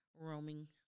roaming